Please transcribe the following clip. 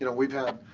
you know we've had